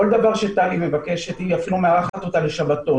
כל דבר שטלי מבקשת, היא אפילו מארחת אותה לשבתות.